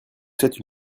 souhaite